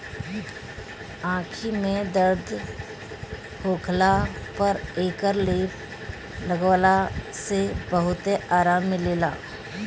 आंखी में दर्द होखला पर एकर लेप लगवला से बहुते आराम मिलेला